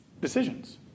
decisions